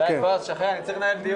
אני מצטרף לברכות